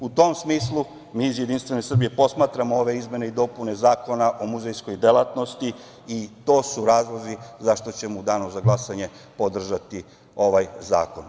U tom smislu, mi iz Jedinstvene Srbije posmatramo ove izmene i dopune Zakona o muzejskoj delatnosti i to su razlozi zašto ćemo u danu za glasanje podržati ovaj zakon.